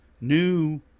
new